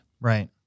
Right